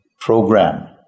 program